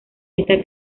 esta